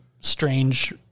strange